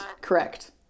Correct